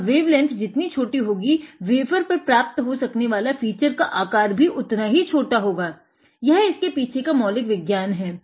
और तरंगदैधर्य अर्थात वेवलेंथ है